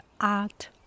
Art